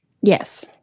Yes